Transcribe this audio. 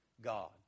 God